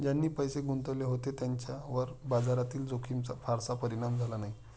ज्यांनी पैसे गुंतवले होते त्यांच्यावर बाजारातील जोखमीचा फारसा परिणाम झाला नाही